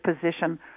position